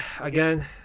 again